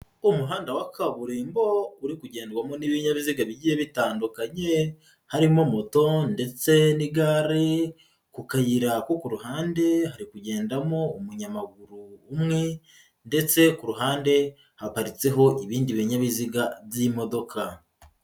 Umuhanda wa kaburimbo uri kugendwarwamo n'ibinyabiziga bigiye bitandukanye, harimo moto ndetse n'igare, ku kayira ko ku ruhande hari kugendamo umunyamaguru umwe ndetse kuru ruhande haparitseho ibindi binyabiziga by'imodoka.